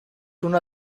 una